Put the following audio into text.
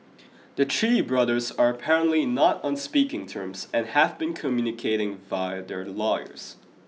the Chee brothers are apparently not on speaking terms and have been communicating via their lawyers